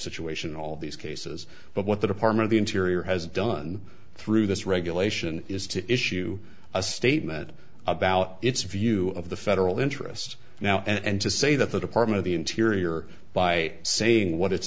situation all of these cases but what the department of interior has done through this regulation is to issue a statement about its view of the federal interest now and to say that the department of the interior by saying what it